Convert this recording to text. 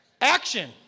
Action